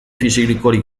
fisikorik